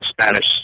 Spanish